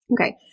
okay